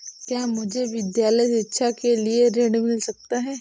क्या मुझे विद्यालय शिक्षा के लिए ऋण मिल सकता है?